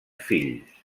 fills